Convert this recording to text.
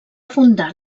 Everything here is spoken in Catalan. fundar